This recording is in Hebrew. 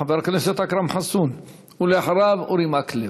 חבר הכנסת אכרם חסון, ואחריו, אורי מקלב.